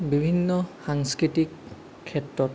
বিভিন্ন সাংস্কৃতিক ক্ষেত্ৰত